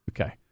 Okay